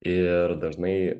ir dažnai